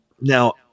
Now